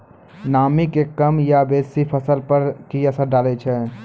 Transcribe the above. नामी के कम या बेसी फसल पर की असर डाले छै?